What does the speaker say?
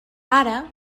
ara